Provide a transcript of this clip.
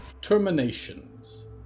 Terminations